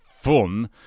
fun